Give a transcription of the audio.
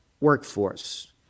workforce